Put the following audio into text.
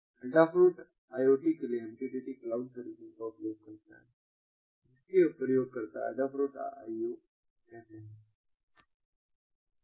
Adafruitअडाफ्रूट IoT के लिए MQTT cloud service का उपयोग करता है जिसे प्रयोगकर्ता Adafruit IOअडाफ्रूट आई ओ कहते हैं